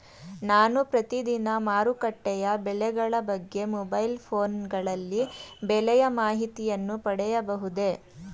ನಾನು ಪ್ರತಿದಿನ ಮಾರುಕಟ್ಟೆಯ ಬೆಲೆಗಳ ಬಗ್ಗೆ ಮೊಬೈಲ್ ಫೋನ್ ಗಳಲ್ಲಿ ಬೆಲೆಯ ಮಾಹಿತಿಯನ್ನು ಪಡೆಯಬಹುದೇ?